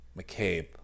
McCabe